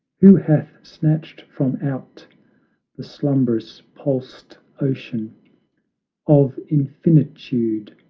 who hath snatched from out the slumberous pulsed ocean of infinitude,